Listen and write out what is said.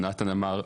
וגם נתן אמר.